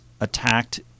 attacked